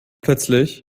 plötzlich